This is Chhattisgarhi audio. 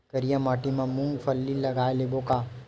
करिया माटी मा मूंग फल्ली लगय लेबों का?